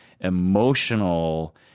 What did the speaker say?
emotional